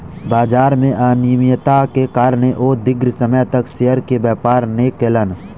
बजार में अनियमित्ता के कारणें ओ दीर्घ समय तक शेयर के व्यापार नै केलैन